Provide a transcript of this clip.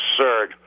absurd